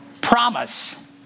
Promise